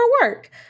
work